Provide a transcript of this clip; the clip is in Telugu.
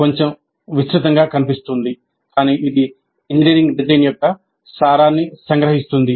కొంచెం విస్తృతంగా కనిపిస్తోంది కాని ఇది ఇంజనీరింగ్ డిజైన్ యొక్క సారాన్ని సంగ్రహిస్తుంది